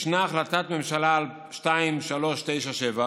ישנה החלטת ממשלה, 2397,